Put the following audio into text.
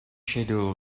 schedule